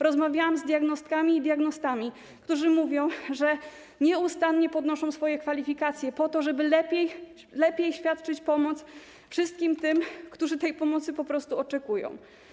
Rozmawiałam z diagnostkami i diagnostami, którzy mówią, że nieustannie podnoszą swoje kwalifikacje po to, żeby lepiej świadczyć pomoc wszystkim tym, którzy po prostu tej pomocy oczekują.